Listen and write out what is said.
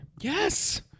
Yes